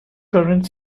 current